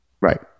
Right